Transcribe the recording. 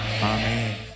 Amen